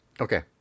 Okay